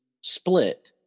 Split